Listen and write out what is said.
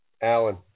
Alan